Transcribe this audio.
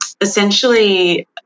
Essentially